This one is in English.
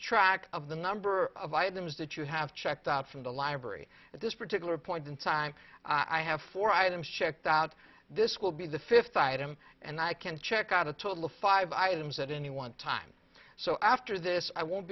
track of the number of items that you have checked out from the library at this particular point in time i have four items checked out this will be the fifth item and i can check out a total of five items at any one time so after this i won't